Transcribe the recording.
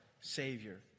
Savior